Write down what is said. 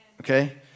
Okay